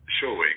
showing